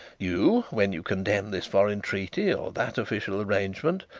you, when you condemn this foreign treaty, or that official arrangement,